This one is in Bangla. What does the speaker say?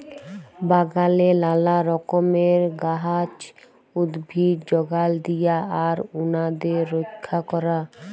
বাগালে লালা রকমের গাহাচ, উদ্ভিদ যগাল দিয়া আর উনাদের রইক্ষা ক্যরা